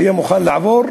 תהיה מוכן לעבור,